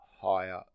higher